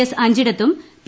S അഞ്ചിടത്തും P